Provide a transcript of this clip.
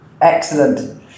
Excellent